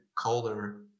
colder